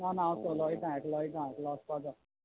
ना ना हांव सोलो वोयता एकलो वयता एकलो वोचपाचो